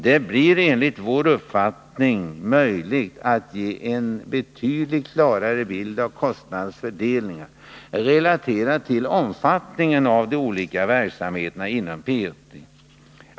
Det bör enligt vår uppfattning vara möjligt att ge en betydligt klarare bild av kostnadernas fördelning, relaterad till omfattningen av de olika verksamheterna inom P 80.